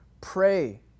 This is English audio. pray